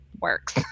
works